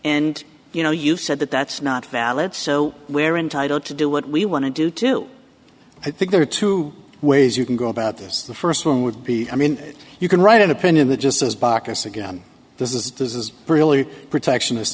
and you know you said that that's not valid so where in title to do what we want to do too i think there are two ways you can go about this the first one would be i mean you can write an opinion that just says baucus again this is does is really protectionist